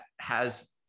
has-